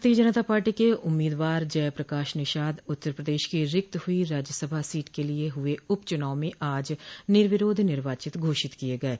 भारतीय जनता पार्टी के उम्मीदवार जय प्रकाश निषाद उत्तर प्रदेश की रिक्त हुई राज्यसभा सीट के लिए हुए उप चुनाव में आज निर्विरोध निर्वाचित घोषित किये गये